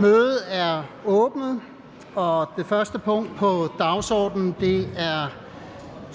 Mødet er åbnet. --- Det første punkt på dagsordenen er: